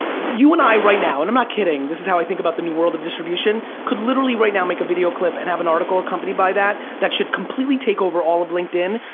you and i right now and i'm not kidding, this is how i think about the new world of distribution could literally right now make a video clip and have an article accompanied by that that should completely take over all of linkedin.